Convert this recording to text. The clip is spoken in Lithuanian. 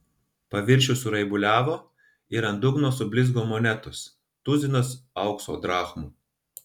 paviršius suraibuliavo ir ant dugno sublizgo monetos tuzinas aukso drachmų